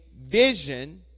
vision